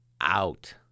out